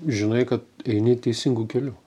žinai kad eini teisingu keliu